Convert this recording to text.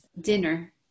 dinner